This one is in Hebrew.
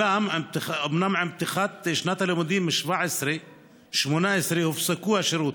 עם פתיחת שנת הלימודים 2017 2018 הופסק השירות